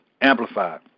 Amplified